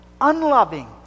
unloving